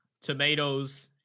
tomatoes